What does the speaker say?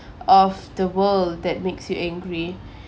of the world that makes you angry